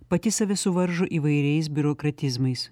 pati save suvaržo įvairiais biurokratizmais